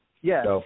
Yes